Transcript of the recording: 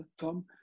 Tom